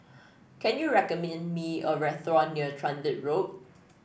can you recommend me a restaurant near Transit Road